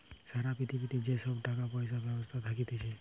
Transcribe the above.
সারা পৃথিবীতে যে সব টাকা পয়সার ব্যবস্থা থাকতিছে